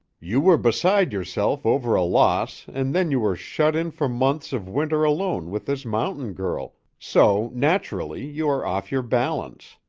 you were beside yourself over a loss and then you were shut in for months of winter alone with this mountain girl, so naturally you are off your balance.